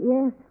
Yes